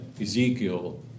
Ezekiel